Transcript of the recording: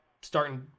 starting